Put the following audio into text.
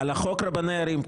על חוק רבני ערים.